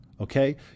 Okay